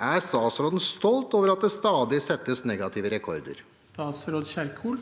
Er statsråden stolt over at det stadig settes negative rekorder?» Statsråd Ingvild